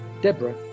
Deborah